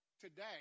Today